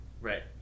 right